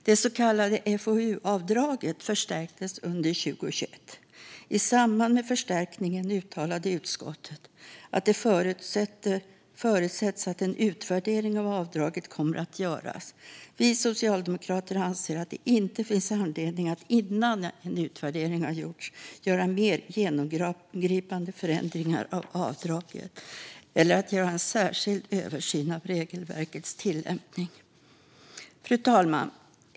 Det så kallade FoU-avdraget förstärktes under 2021. I samband med förstärkningen uttalade utskottet att det förutsätts att en utvärdering av avdraget kommer att göras. Vi socialdemokrater anser att det inte finns anledning att innan en utvärdering har gjorts göra mer genomgripande förändringar av avdraget eller att göra en särskild översyn av regelverkets tillämpning. Fru talman!